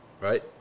Right